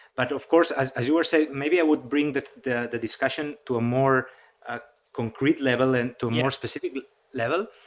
but of course, as as you were saying, maybe i would bring the the discussion to a more ah concrete level and to a more specific level.